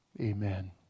Amen